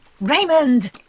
Raymond